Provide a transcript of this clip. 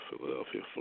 Philadelphia